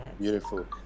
beautiful